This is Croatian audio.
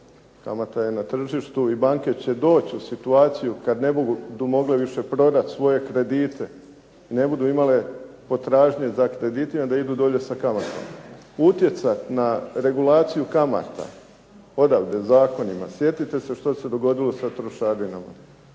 Kamata je na tržištu i banke će doći u situaciju kada ne budu mogle prodati svoje kredite, ne budu imale potražnje za kreditima da idu dolje sa kamatama. Utjecati na regulaciju kamata odavde zakonima, sjetite se što se dogodilo sa trošarinama.